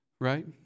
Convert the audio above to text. Right